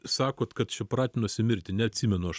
sakot kad čia pratinusi mirti neatsimenu aš